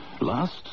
Last